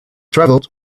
travelled